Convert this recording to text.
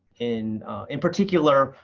in in particular,